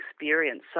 experience